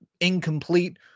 incomplete